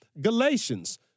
Galatians